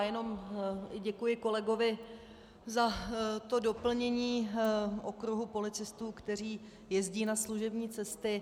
Jen děkuji kolegovi za to doplnění okruhu policistů, kteří jezdí na služební cesty.